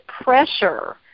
pressure